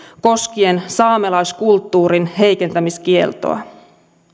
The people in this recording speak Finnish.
koskien saamelaiskulttuurin heikentämiskieltoa